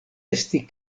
esti